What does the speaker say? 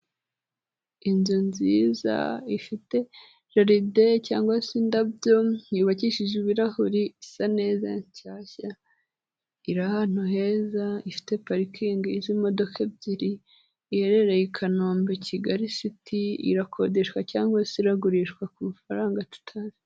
Inzu nziza ifite jaride cyangwa se indabyo, yubakishije ibirahuri, isa neza nshyashya iri ahantu heza, ifite parikingi z'imodoka ebyiri, iherereye i Kanombe Kigali siti, irakodeshwa cyangwa se iragurishwa ku mafaranga tutazi.